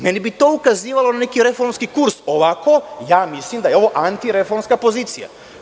Meni bi to ukazivalo na neki reformski kurs, ovako mislim da je ovo antireformska pozicija.